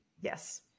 Yes